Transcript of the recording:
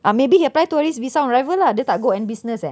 or maybe he apply tourist visa on arrival lah dia tak go business eh